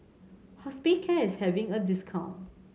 hospicare is having a discount